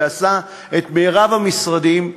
שעבר את רוב המשרדים,